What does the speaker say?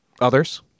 Others